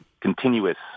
continuous